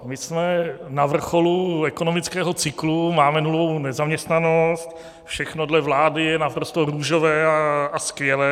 My jsme na vrcholu ekonomického cyklu, máme nulovou nezaměstnanost, všechno dle vlády je naprosto růžové a skvělé.